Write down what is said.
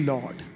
Lord